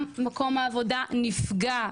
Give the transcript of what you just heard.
גם מקום העבודה נפגע.